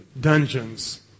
dungeons